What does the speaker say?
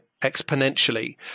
exponentially